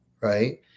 right